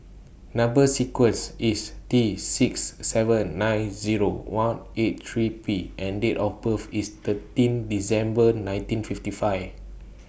Number sequence IS T six seven nine Zero one eight three P and Date of birth IS thirteen December nineteen fifty five